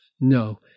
No